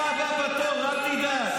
אתה הבא בתור, אל תדאג.